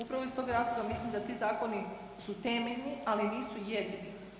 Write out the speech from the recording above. Upravo iz tog razloga mislim da ti zakoni su temeljni ali nisu jedini.